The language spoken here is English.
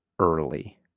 early